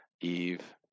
Eve